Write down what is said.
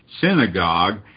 Synagogue